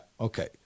okay